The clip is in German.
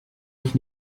ich